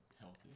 Healthy